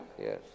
Yes